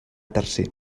tercer